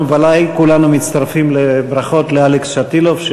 אנחנו כולנו מצטרפים לברכות לאלכס שטילוב,